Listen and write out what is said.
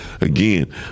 again